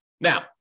Now